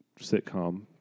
sitcom